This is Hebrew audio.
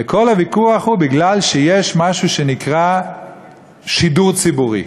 וכל הוויכוח הוא מפני שיש משהו שנקרא שידור ציבורי.